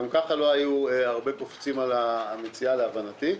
גם כך לא היו הרבה קופצים על המציאה, להבנתי.